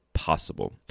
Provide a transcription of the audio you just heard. Possible